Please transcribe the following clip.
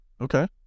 Okay